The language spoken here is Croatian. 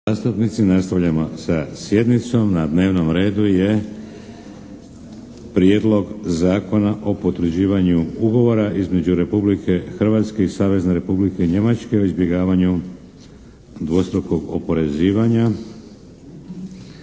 nastavljamo sa sjednicom. Na dnevnom redu je 3. Prijedlog zakona o potvrđivanju Ugovora između Republike Hrvatske i Savezne Republike Njemačke o izbjegavanju dvostrukog oporezivanja